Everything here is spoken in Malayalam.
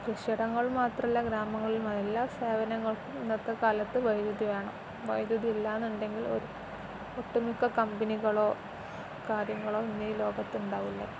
കൃഷിയിടങ്ങൾ മാത്രമല്ല ഗ്രാമങ്ങളിലും എല്ലാ സേവനങ്ങൾക്കും ഇന്നത്തെ കാലത്ത് വൈദ്യുതി വേണം വൈദ്യുതി ഇല്ല എന്നുണ്ടെങ്കിൽ ഒട്ടുമിക്ക കമ്പനികളോ കാര്യങ്ങളോ ഇന്നീ ലോകത്തുണ്ടാവില്ല